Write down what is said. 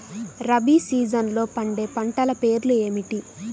రబీ సీజన్లో పండే పంటల పేర్లు ఏమిటి?